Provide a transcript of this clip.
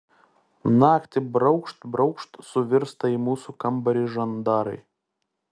naktį braukšt braukšt suvirsta į mūsų kambarį žandarai